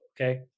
okay